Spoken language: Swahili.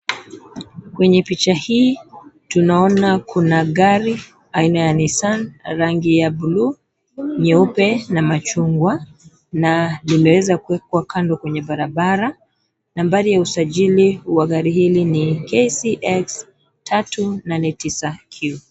Kwenye picha hii tunaona kuna gari aina ya Nissan rangi ya blue nyeupe na machungwa na limeweza kuwekwa kando kwenye barabara. Nambari ya usajili wa gari hili ni KCX 389Q